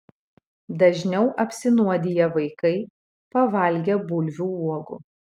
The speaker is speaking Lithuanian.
dažniau apsinuodija vaikai pavalgę bulvių uogų